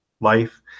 life